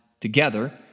together